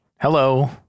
Hello